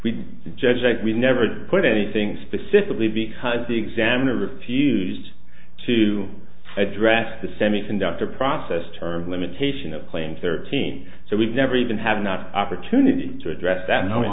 we judge that we never put anything specifically because the examiner refused to address the semiconductor process terms limitation of claims thirteen so we've never even have not opportunity to address that no